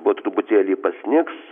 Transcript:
po truputėlį pasnigs